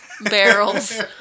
barrels